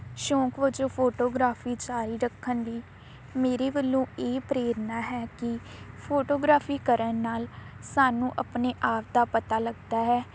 ਸ਼ੌਂਕ ਵਜੋਂ ਫੋਟੋਗ੍ਰਾਫੀ ਜਾਰੀ ਰੱਖਣ ਦੀ ਮੇਰੇ ਵੱਲੋਂ ਇਹ ਪ੍ਰੇਰਨਾ ਹੈ ਕੀ ਫੋਟੋਗ੍ਰਾਫੀ ਕਰਨ ਨਾਲ ਸਾਨੂੰ ਆਪਣੇ ਆਪ ਦਾ ਪਤਾ ਲੱਗਦਾ ਹੈ